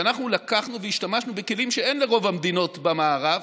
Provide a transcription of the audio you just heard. שאנחנו לקחנו והשתמשנו בכלים שאין לרוב המדינות במערב,